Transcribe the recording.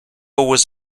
was